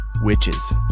Witches